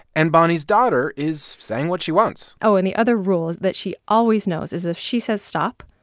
and bonnie's daughter is saying what she wants oh, and the other rule that she always knows is if she says stop,